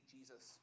Jesus